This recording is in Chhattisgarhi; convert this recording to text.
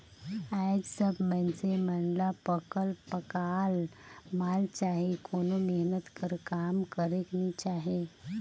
आएज सब मइनसे मन ल पकल पकाल माल चाही कोनो मेहनत कर काम करेक नी चाहे